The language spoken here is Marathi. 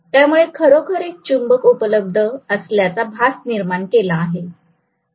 त्यामुळे खरोखर एक चुंबक उपलब्ध असल्याचा भास निर्माण केला आहे